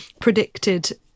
predicted